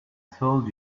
told